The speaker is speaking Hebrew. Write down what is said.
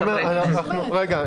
רגע,